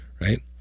right